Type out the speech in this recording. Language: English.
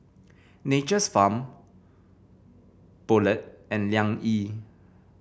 Nature's Farm Poulet and Liang Yi